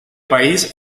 país